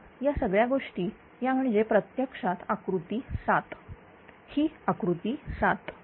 आता या सगळ्या गोष्टी या म्हणजे प्रत्यक्षात आकृती 7 ही आकृती 7